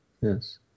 yes